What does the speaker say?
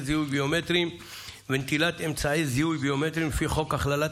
זיהוי ביומטריים ונטילת אמצעי זיהוי ביומטריים לפי חוק הכללת